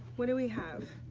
what do we have?